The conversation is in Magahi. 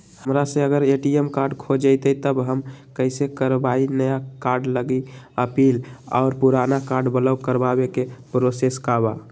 हमरा से अगर ए.टी.एम कार्ड खो जतई तब हम कईसे करवाई नया कार्ड लागी अपील और पुराना कार्ड ब्लॉक करावे के प्रोसेस का बा?